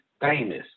famous